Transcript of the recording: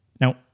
Now